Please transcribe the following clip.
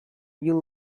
you